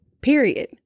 period